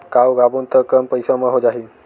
का उगाबोन त कम पईसा म हो जाही?